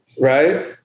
Right